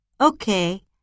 okay